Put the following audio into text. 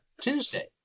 tuesday